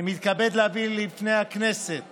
אני מתכבד להביא בפני הכנסת